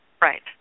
Right